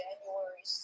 January